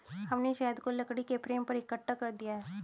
हमने शहद को लकड़ी के फ्रेम पर इकट्ठा कर दिया है